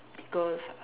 because